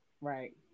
Right